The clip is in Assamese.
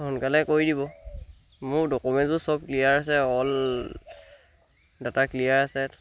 সোনকালে কৰি দিব মোৰ ডকুমেণ্টো চব ক্লিয়াৰ আছে অল ডাটা ক্লিয়াৰ আছে